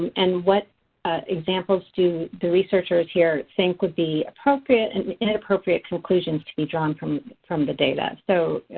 and what examples do the researchers here think would be appropriate and inappropriate conclusions to be drawn from from the data. so